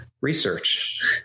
research